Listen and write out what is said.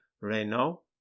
Renault